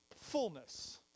fullness